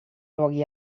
luoghi